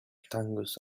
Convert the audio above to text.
tongues